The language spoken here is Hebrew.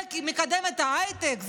זה מקדם את ההייטק.